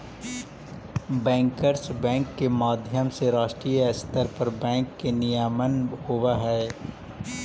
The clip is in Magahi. बैंकर्स बैंक के माध्यम से राष्ट्रीय स्तर पर बैंक के नियमन होवऽ हइ